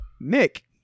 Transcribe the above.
Nick